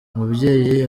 umubyeyi